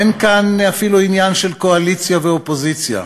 אין כאן אפילו עניין של קואליציה ואופוזיציה.